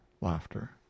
Laughter